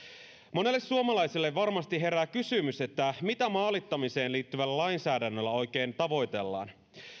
monelle suomalaiselle varmasti herää kysymys mitä maalittamiseen liittyvällä lainsäädännöllä oikein tavoitellaan